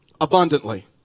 abundantly